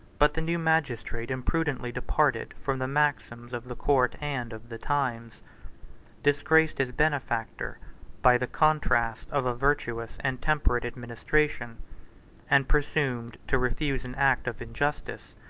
but the new magistrate imprudently departed from the maxims of the court, and of the times disgraced his benefactor by the contrast of a virtuous and temperate administration and presumed to refuse an act of injustice,